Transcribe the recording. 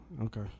Okay